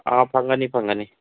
ꯑꯥ ꯐꯪꯒꯅꯤ ꯐꯪꯒꯅꯤ